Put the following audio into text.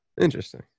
Interesting